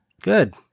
Good